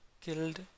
killed